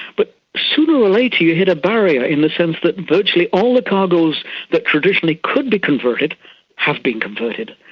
but sooner or later you hit a barrier in the sense that virtually all the cargos that traditionally could be converted have been converted,